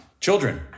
Children